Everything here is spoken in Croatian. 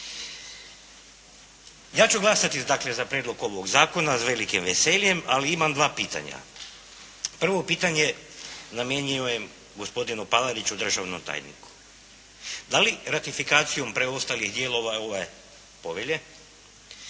Ja ću glasati dakle za prijedlog ovog zakona s velikim veseljem, ali imam dva pitanja. Prvo pitanje namjenjujem gospodinu Palariću državnom tajniku. Da li ratifikacijom preostalih dijelova ove povelje